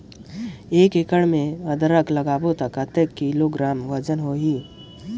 एक एकड़ मे अदरक लगाबो त कतेक किलोग्राम वजन होही?